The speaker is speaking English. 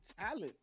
talent